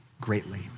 greatly